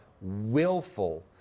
willful